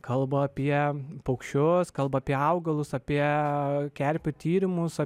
kalba apie paukščius kalba apie augalus apie kerpių tyrimus